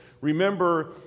remember